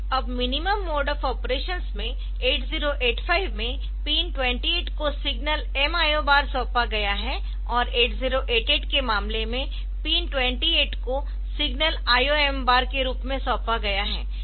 अब minimum mode of operations में 8085 में पिन 28 को सिग्नल M IO बार सौंपा गया है और 8088 के मामले में पिन 28 को सिग्नल IO M बार के रूप में सौंपा गया है